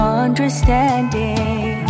understanding